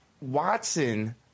Watson